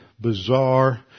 bizarre